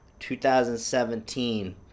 2017